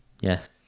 Yes